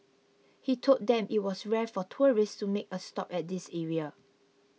he told them it was rare for tourists to make a stop at this area